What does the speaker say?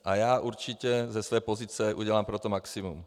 A já určitě ze své pozice udělám pro to maximum.